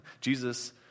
Jesus